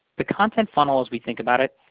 the content funnel, as we think about it,